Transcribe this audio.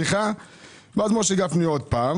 ואז משה גפני שוב,